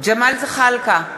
ג'מאל זחאלקה,